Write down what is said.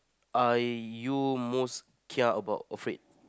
are you most kia about afraid